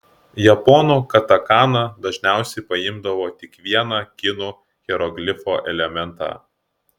japonų katakana dažniausiai paimdavo tik vieną kinų hieroglifo elementą